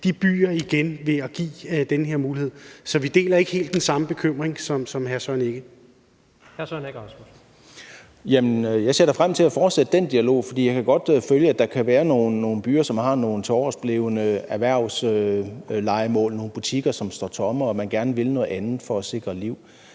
Hr. Søren Egge Rasmussen. Kl. 13:45 Søren Egge Rasmussen (EL): Jeg ser da frem til at fortsætte den dialog, for jeg kan godt følge, at der kan være nogle byer, som har nogle tiloversblevne erhvervslejemål, nogle butikker, som står tomme, og at man gerne vil noget andet for at sikre liv.